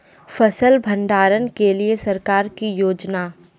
फसल भंडारण के लिए सरकार की योजना?